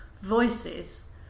voices